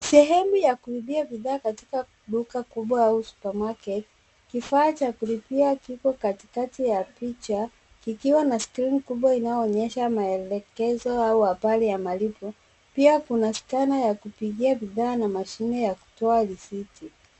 Sehemu ya kuuzia bidhaa katika duka kubwa au supermarket , kifaa cha kulipia kipo katikati ya picha kikiwa na skrini kubwa inayoonyesha maelekezo au habari ya malipo. Pia kuna skana ya kupigia bidhaa na mashine ya kutoa risiti.